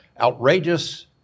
outrageous